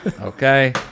Okay